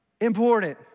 important